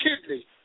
kidney